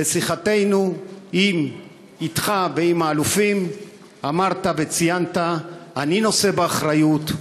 בשיחתנו אתך ועם האלופים אמרת וציינת: אני נושא באחריות,